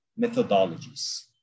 methodologies